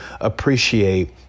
appreciate